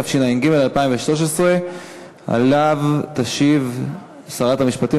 התשע"ג 2013. תשיב שרת המשפטים,